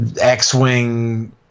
X-Wing